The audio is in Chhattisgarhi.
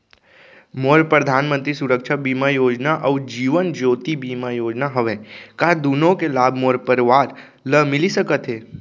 मोर परधानमंतरी सुरक्षा बीमा योजना अऊ जीवन ज्योति बीमा योजना हवे, का दूनो के लाभ मोर परवार ल मिलिस सकत हे?